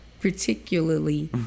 particularly